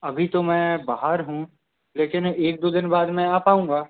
अभी तो मैं बाहर हूँ लेकिन एक दो दिन बाद मैं आ पाऊँगा